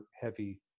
heavy